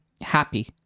happy